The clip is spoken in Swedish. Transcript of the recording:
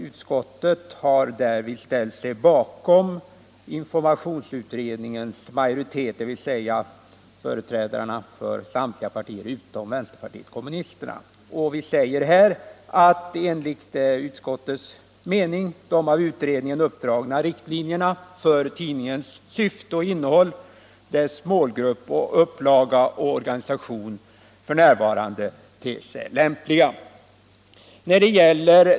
Utskottet har därvid ställt sig bakom informationsutredningens majoritet, dvs. företrädarna för samtliga partier utom vänsterpartiet kommunisterna. Vi säger att enligt utskottets mening ter sig f.n. ”de av utredningen uppdragna riktlinjerna för tidningens syfte och innehåll, dess målgrupper och upplaga samt dess organisation lämpliga”.